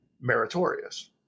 meritorious